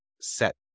set